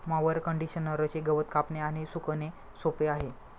mower कंडिशनरचे गवत कापणे आणि सुकणे सोपे आहे